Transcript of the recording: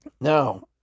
Now